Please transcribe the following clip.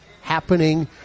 happening